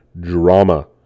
Drama